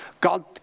God